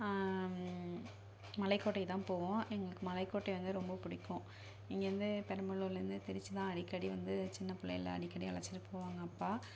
மலைக்கோட்டைக்கு தான் போவோம் எங்களுக்கு மலைக்கோட்டை வந்து ரொம்ப பிடிக்கும் இங்கேருந்து பெரம்பலூர்லேருந்து திருச்சிதான் அடிக்கடி வந்து சின்ன பிள்ளையில அடிக்கடி அழைச்சிட்டு போவாங்க அப்பா